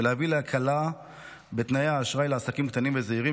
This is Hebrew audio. ולהביא להקלה בתנאי האשראי לעסקים קטנים וזעירים,